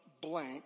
blank